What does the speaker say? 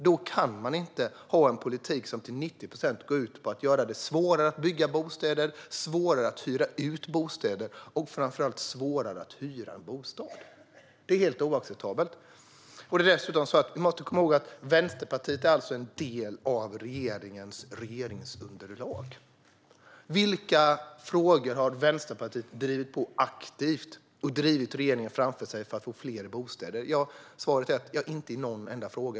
Då kan man inte ha en politik som till 90 procent går ut på att göra det svårare att bygga bostäder, svårare att hyra ut bostäder och, framför allt, svårare att hyra en bostad. Det är helt oacceptabelt. Vi måste dessutom komma ihåg att Vänsterpartiet är en del av regeringens regeringsunderlag. Vilka frågor har Vänsterpartiet drivit på aktivt och drivit regeringen framför sig i för att få fler bostäder? Svaret är: inte i någon enda fråga.